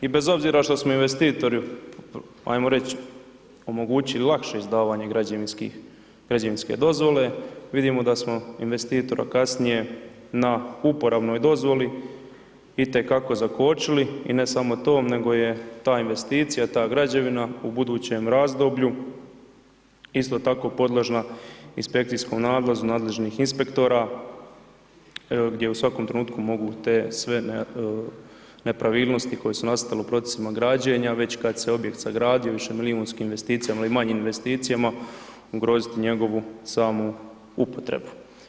I bez obzira što smo investitoru ajmo reć' omogućili lakše izdavanje građevinskih, građevinske dozvole, vidimo da smo investitora kasnije na uporabnoj dozvoli itekako zakočili, i ne samo to, nego je ta investicija, ta građevina u budućem razdoblju isto tako podložna inspekcijskom nalazu nadležnih inspektora gdje u svakom trenutku mogu te sve nepravilnosti koje su nastale u procesima građenja već kad se objekt sagradio višemilijunskim investicijama ili manjim investicijama, ugrozit njegovu samu upotrebu.